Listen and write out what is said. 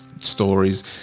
stories